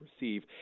receive